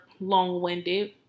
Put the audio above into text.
long-winded